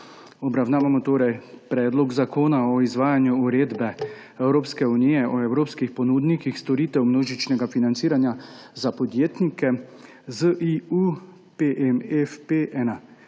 Obravnavamo torej Predlog zakona o izvajanju uredbe (EU) o evropskih ponudnikih storitev množičnega financiranja za podjetnike, ZIUPMFP-1,